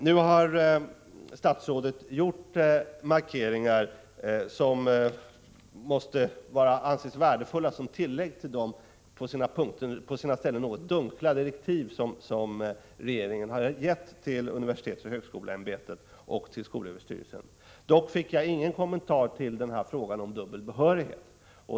Nu har statsrådet gjort markeringar som måste anses vara värdefulla som tillägg till de på sina ställen något dunkla direktiv som regeringen har gett till universitetsoch högskoleämbetet och till skolöverstyrelsen. Jag fick emellertid inte någon kommentar till frågan om dubbel behörighet.